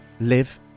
live